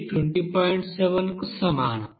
7 కు సమానం